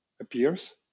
appears